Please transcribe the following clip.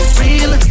real